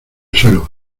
suelo